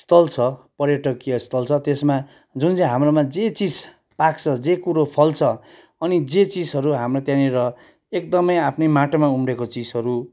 स्थल छ पर्यटकीय स्थल छ त्यसमा जुन चाहिँ हाम्रोमा जे चिज पाक्छ जे कुरो फल्छ अनि जे चिजहरू हाम्रो त्यहाँनिर एकदमै आफ्नै माटोमा उम्रेको चिजहरू